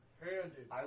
handed